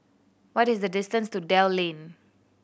what is the distance to Dell Lane